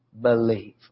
believe